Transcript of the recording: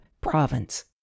province